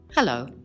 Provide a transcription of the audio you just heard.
Hello